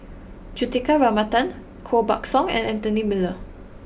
Juthika Ramanathan Koh Buck Song and Anthony Miller